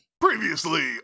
Previously